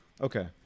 Okay